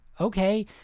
Okay